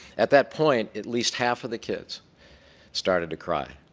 at that point at least half of the kids started to cry.